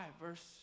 verse